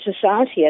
society